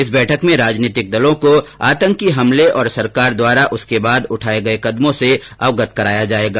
इस बैठक में राजनीतिक दलों को आतंकी हमले और सरकार द्वारा उसके बाद उठाये गये कदमों से अवगत कराया जायेगा